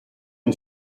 une